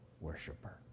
worshiper